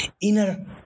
inner